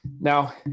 Now